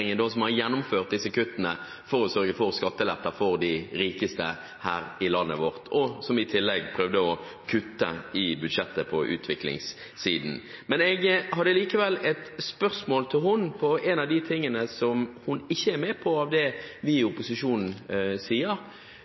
som har gjennomført disse kuttene for å sørge for skatteletter for de rikeste her i landet, og som i tillegg prøvde å kutte i budsjettet på utviklingssiden. Men jeg hadde likevel et spørsmål til henne om en av de tingene hun ikke er med på av det vi i opposisjonen sier.